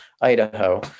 Idaho